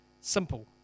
Simple